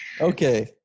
Okay